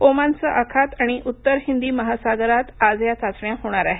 ओमानचं आखात आणि उत्तर हिंदी महासागरात आज या चाचण्या होणार आहेत